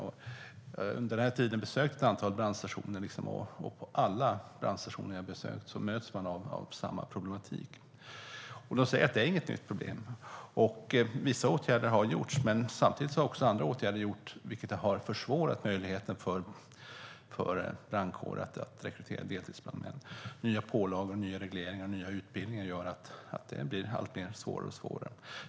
Jag har under den här tiden besökt ett antal brandstationer. På alla brandstationer jag har besökt har jag mötts av samma problematik. De säger: Det är inget nytt problem. Vissa åtgärder har vidtagits, men samtidigt har andra åtgärder vidtagits som har försvårat möjligheten för brandkåren att rekrytera deltidsbrandmän. Nya pålagor, nya regleringar och nya utbildningar gör att det blir svårare och svårare.